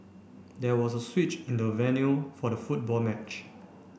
there was a switch in the venue for the football match